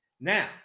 Now